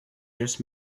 just